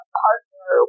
partner